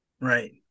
Right